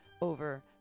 over